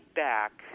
back